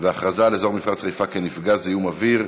והכרזה על אזור מפרץ חיפה כנפגע זיהום אוויר,